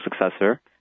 successor